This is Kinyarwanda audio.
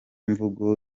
mvugo